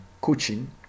coaching